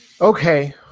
Okay